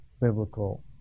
biblical